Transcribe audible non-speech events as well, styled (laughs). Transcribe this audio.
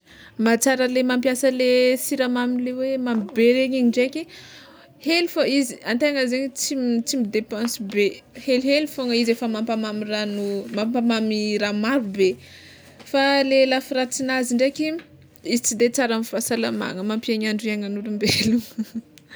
Mahatsara le mampiasa le siramamy le hoe mamy be regny ndraiky, hely fô izy antegna zegny tsy tsy midepensy be, helihely fôgna izy efa mampamamy ragno, mampamamy raha marobe fa le lafy ratsinazy ndraiky izy tsy de tsara amy fahasalamagna mampiheny andro hiagnan'olombelogno. (laughs)